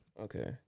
Okay